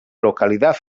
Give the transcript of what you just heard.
localidad